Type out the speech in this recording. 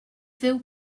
feel